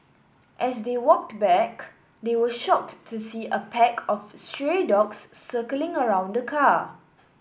as they walked back they were shocked to see a pack of stray dogs circling around the car